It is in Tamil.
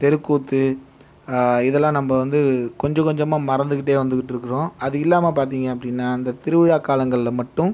தெருக்கூத்து இதெல்லாம் நம்ம வந்து கொஞ்சம் கொஞ்சமாக மறந்துகிட்டே வந்துக்கிட்டு இருக்கிறோம் அது இல்லாமல் பார்த்திங்க அப்படின்னா அந்த திருவிழா காலங்களில் மட்டும்